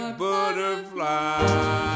butterfly